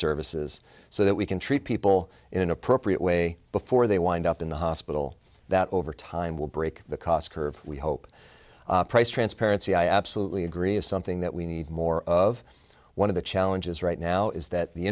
services so that we can treat people in an appropriate way before they wind up in the hospital that over time will break the cost curve we hope price transparency i absolutely agree is something that we need more of one of the challenges right now is that the